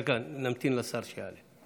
נמתין לשר שיעלה.